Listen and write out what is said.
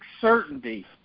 certainty